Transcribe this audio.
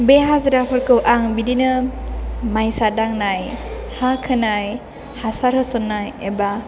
बे हाजिराफोरखौ आं बिदिनो मायसा दांनाय हा खोनाय हासार होसन्नाय एबा